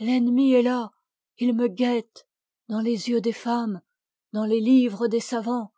l'ennemi est là il me guette dans les yeux des femmes dans les livres des savants